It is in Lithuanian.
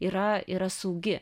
yra yra saugi